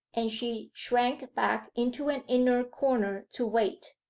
and she shrank back into an inner corner to wait.